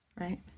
right